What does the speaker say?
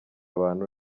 abantu